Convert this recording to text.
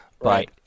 Right